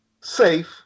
safe